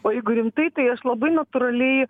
o jeigu rimtai tai aš labai natūraliai